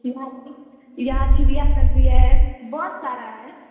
यहाँ यहाँ चिड़ियाघर भी है बहुत सारा है